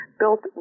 built